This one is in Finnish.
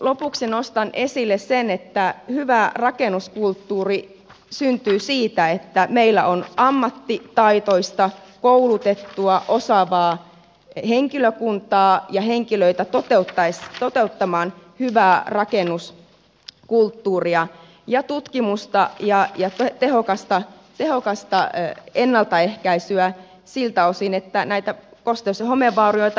lopuksi nostan esille sen että hyvä rakennuskulttuuri syntyy siitä että meillä on ammattitaitoista koulutettua osaavaa henkilökuntaa ja henkilöitä toteuttamaan hyvää rakennuskulttuuria ja tutkimusta ja tehokasta ennaltaehkäisyä siltä osin että näitä kosteus ja homevaurioita ei syntyisi